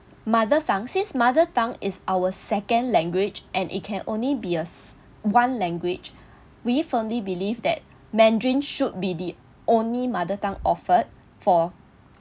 mother tongue since mother tongue is our second language and it can only be as one language we firmly believe that mandarin should be the only mother tongue offered for